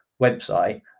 website